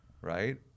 right